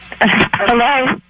Hello